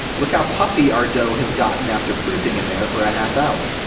look how puffy our dough has gotten after proofing in there for a half hour.